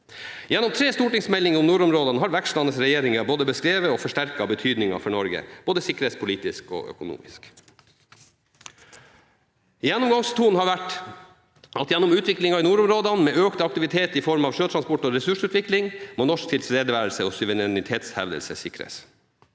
Gjennom tre stortingsmeldinger om nordområdene har vekslende regjeringer både beskrevet og forsterket betydningen for Norge – både sikkerhetspolitisk og økonomisk. Gjennomgangstonen har vært at gjennom utviklingen i nordområdene med økt aktivitet i form av sjøtransport og ressursutvinning, må norsk tilstedeværelse og suverenitetshevdelse sikres.